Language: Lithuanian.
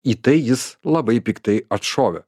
į tai jis labai piktai atšovė